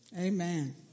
Amen